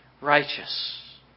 righteous